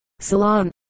Salon